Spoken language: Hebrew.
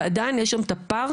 ועדיין יש שם את הפארק,